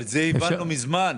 את זה הבנו מזמן.